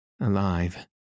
alive